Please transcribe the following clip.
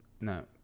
no